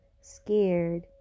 scared